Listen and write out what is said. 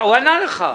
הוא ענה לך.